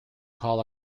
call